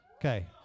Okay